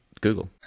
google